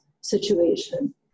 situation